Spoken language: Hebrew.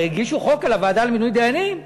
הרי הגישו חוק על הוועדה למינוי דיינים,